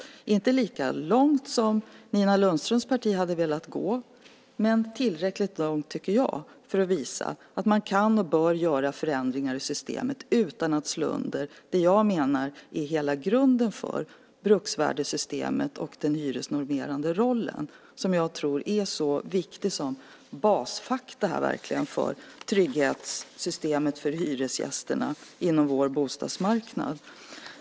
Vi har inte gått lika långt som Nina Lundströms parti hade velat gå, men tillräckligt långt, tycker jag, för att visa att man kan och bör göra förändringar i systemet utan att slå undan det jag menar är hela grunden för bruksvärdessystemet och den hyresnormerande rollen, som jag tror är viktig som bas för trygghetssystemet för hyresgästerna på vår bostadsmarknad.